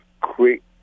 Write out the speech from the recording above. quick